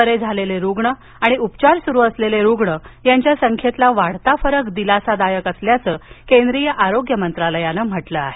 बरे झालेले रुग्ण आणि उपचार सुरु असलेले रुग्ण यांच्या संख्येतील वाढता फरक दिलासादायक असल्याचं केंद्रीय आरोग्य मंत्रालयानं म्हटलं आहे